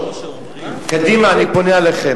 אדוני היושב-ראש, קדימה, אני פונה אליכם.